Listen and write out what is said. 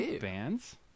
Bands